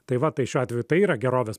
tai va tai šiuo atveju tai yra gerovės